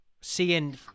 seeing